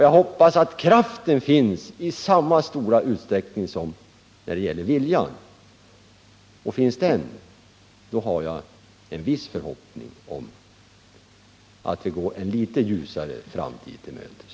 Jag hoppas att kraften finns i samma stora utsträckning som viljan. sysselsättningen i Om så är fallet, då har jag en viss förhoppning om att vi kan gå en något ljusare Gästrike-Hammarframtid till mötes.